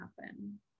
happen